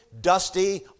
dusty